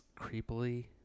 creepily